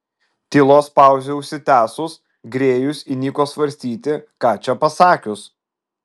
tylos pauzei užsitęsus grėjus įniko svarstyti ką čia pasakius